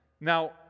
Now